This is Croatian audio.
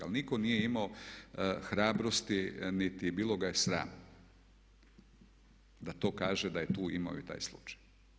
Ali nitko nije imao hrabrosti niti bilo ga je sram da to kaže da je tu imao i taj slučaj.